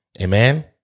Amen